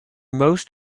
most